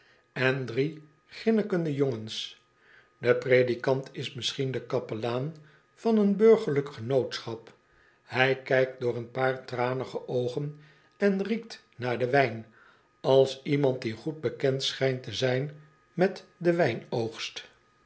en drie grinnikende jongens de predikant is misschien de kapelaan van een burgerlijk genootschap hij kijkt door een paar tranige oogen en riekt naar den wijn als iemand die goed bekend schijnt te zijn met den